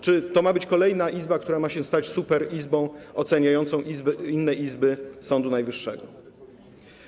Czy to ma być kolejna izba, która ma się stać superizbą oceniającą inne izby Sądu Najwyższego?